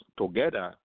together